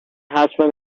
husband